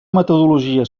metodologia